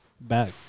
back